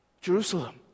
Jerusalem